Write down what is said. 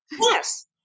yes